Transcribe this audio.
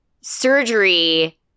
surgery